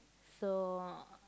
so